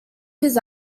his